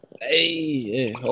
hey